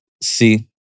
see